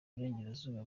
burengerazuba